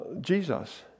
Jesus